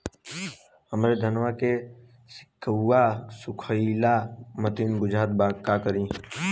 हमरे धनवा के सीक्कउआ सुखइला मतीन बुझात बा का करीं?